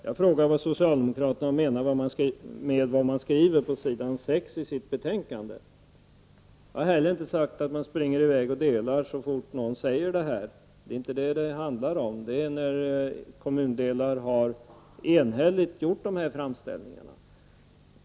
Jag frågade vad socialdemokraterna menar med det man skrivit på s. 6 i betänkandet. Jag har inte heller sagt att man springer i väg och delar kommuner så fort någon framställer det önskemålet -- det är inte det det handlar om. Det har skett när kommundelar enhälligt gjort sådana framställningar.